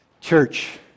Church